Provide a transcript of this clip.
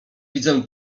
widzę